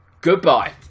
goodbye